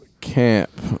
camp